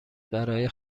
برای